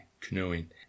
canoeing